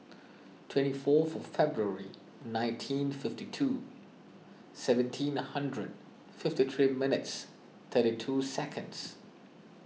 twenty fourth of February nineteen eighty two seventeen hundred fifty three minutes thirty two seconds